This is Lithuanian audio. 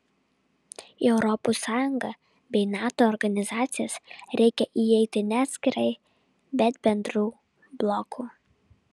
į europos sąjungą bei nato organizacijas reikia įeiti ne atskirai bet bendru bloku